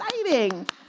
exciting